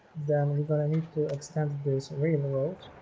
then we're gonna need to extend this way in the world